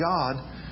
God